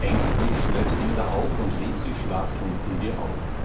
ängstlich schnellte dieser auf und rieb sich schlaftrunken die augen